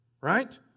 Right